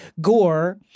Gore